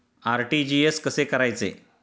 RTGS कसे करायचे?